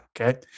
Okay